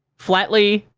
flatly,